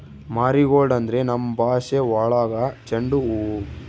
marigold ಅಂದ್ರೆ ನಮ್ ಭಾಷೆ ಒಳಗ ಚೆಂಡು ಹೂವು